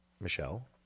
Michelle